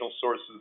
sources